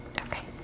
Okay